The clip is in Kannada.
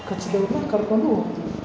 ಕಚ್ಚಿದೋರನ್ನ ಕರ್ಕೊಂಡು ಹೋಗ್ತೀವಿ